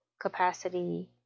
capacity